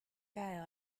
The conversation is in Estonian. käe